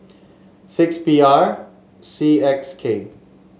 six P R C X K